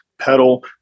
Pedal